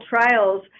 trials